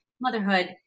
motherhood